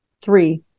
three